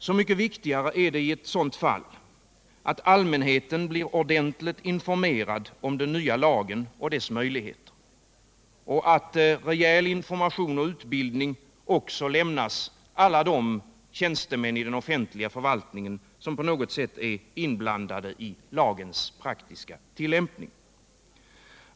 Så mycket viktigare är det i ett sådant fall att allmänheten blir ordentligt informerad om den nya lagen och dess möjligheter och att rejäl information och utbildning också lämnas alla de tjänstemän i den offentliga förvaltningen som på något sätt är inblandade i lagens praktiska tillämpning.